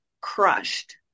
crushed